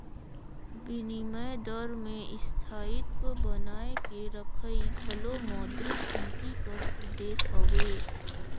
बिनिमय दर में स्थायित्व बनाए के रखई घलो मौद्रिक नीति कर उद्देस हवे